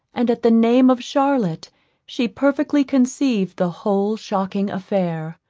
and at the name of charlotte she perfectly conceived the whole shocking affair.